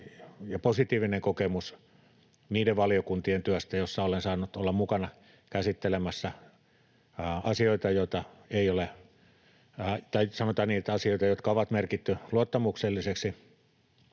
positiivinen kokemus niiden valiokuntien työstä, joissa olen saanut olla mukana käsittelemässä asioita, jotka on merkitty luottamuksellisiksi,